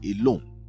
Alone